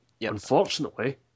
Unfortunately